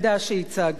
רובי חברי.